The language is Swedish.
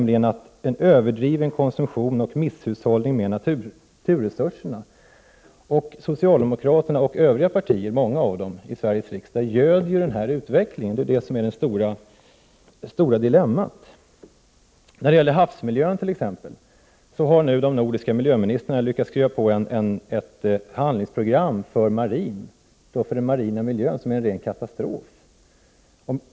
Det handlar då om överdriven konsumtion och om misshushåll ning med naturresurserna. Socialdemokraterna — ja, de flesta partier i Prot. 1988/89:22 Sveriges riksdag — göder den här utvecklingen. Det är det stora dilemmat. 11 november 1988 När det gäller havsmiljön t.ex. har de nordiska miljöministrarna Kommit Så VY om ooo sn långt att man skrivit under ett handlingsprogram för den marina miljön som är en ren katastrof.